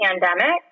pandemic